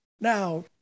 Now